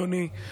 אדוני,